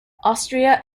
austria